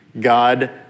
God